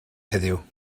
heddiw